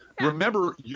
remember